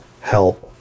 help